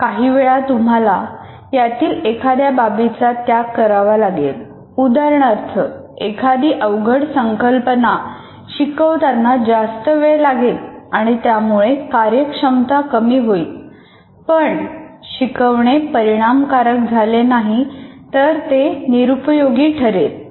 काहीवेळा तुम्हाला यातील एखाद्या बाबीचा त्याग करावा लागेल उदाहरणार्थ एखादी अवघड संकल्पना शिकवताना जास्त वेळ लागेल आणि त्यामुळे कार्यक्षमता कमी होईल पण शिकवणे परिणामकारक झाले नाही तर ते निरुपयोगी ठरेल